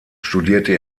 studierte